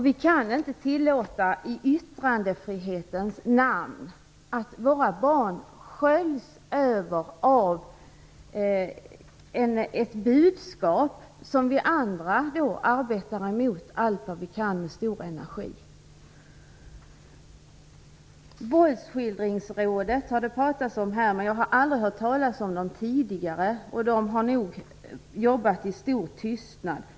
Vi kan inte i yttrandefrihetens namn tillåta att våra barn sköljs över av ett budskap som vi andra arbetar mot allt vad vi kan med stor energi. Våldsskildringsrådet har det pratats om här, men jag har aldrig hört talats om det tidigare. Det har nog jobbat i stor tystnad.